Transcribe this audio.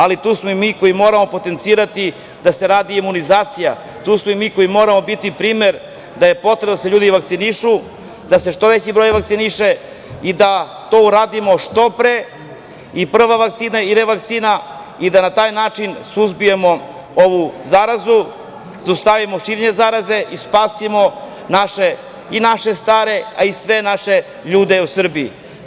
Ali, tu smo i mi, koji moramo potencirati da se radi imunizacija, tu smo mi koji moramo biti primer da je potrebno da se ljudi vakcinišu, da se što veći broj vakciniše i da to uradimo što pre, i prvu vakcinu i revakcinu, i da na taj način suzbijemo ovu zarazu, zaustavimo njeno širenje i spasimo i naše stare ali i sve naše ljude u Srbiji.